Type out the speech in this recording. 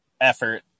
effort